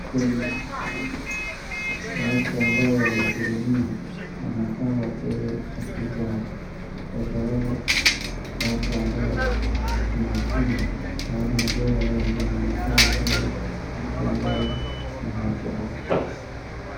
Kwenye mahakamani watu ambao wamedhulumiwa wanafaa wamepewe haki zao kwa sababu ni watu ambao ni maskini hawana mbele wala nyuma wanafaa wapewe haki ambayo inawafurahisha.